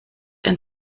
ein